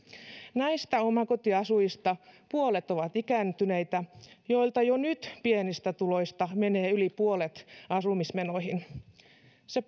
näistä omakotiasujista puolet ovat ikääntyneitä joilta jo nyt pienistä tuloista menee yli puolet asumismenoihin se